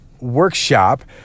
workshop